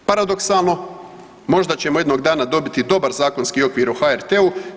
Paradoksalno, možda ćemo jednog dana dobiti dobar zakonski okvir o HRT-u.